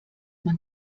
man